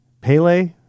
Pele